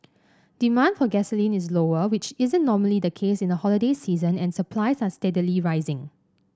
demand for gasoline is lower which isn't normally the case in the holiday season and supplies are steadily rising